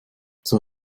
zur